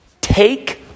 take